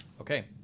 Okay